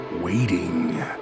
waiting